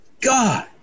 God